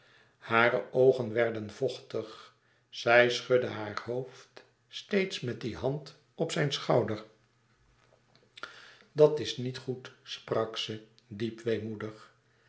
hare oogen werden vochtig ze schudde haar hoofd steeds met die hand op zijn schouder dat is niet goed sprak ze diep